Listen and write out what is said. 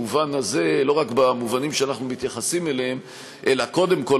לא רק במובנים שאנחנו מתייחסים אליהם אלא קודם כול